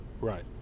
right